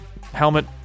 helmet